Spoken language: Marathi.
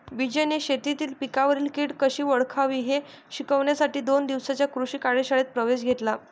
विजयने शेतीतील पिकांवरील कीड कशी ओळखावी हे शिकण्यासाठी दोन दिवसांच्या कृषी कार्यशाळेत प्रवेश घेतला